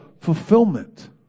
fulfillment